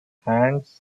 hands